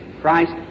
Christ